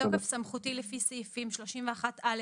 בתוקף סמכותי לפי סעיפים 31(א)(10),